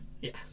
Yes